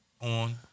On